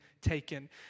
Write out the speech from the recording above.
taken